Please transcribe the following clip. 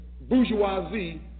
bourgeoisie